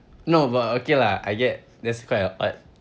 no but okay lah I get that's quite a